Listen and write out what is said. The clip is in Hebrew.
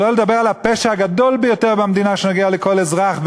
שלא לדבר על הפשע הגדול ביותר במדינה שנוגע לכל אזרח,